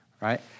Right